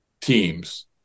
teams